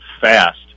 fast